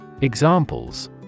Examples